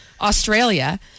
Australia